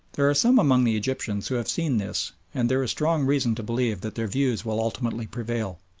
there are some among the egyptians who have seen this, and there is strong reason to believe that their views will ultimately prevail.